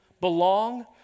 Belong